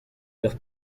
los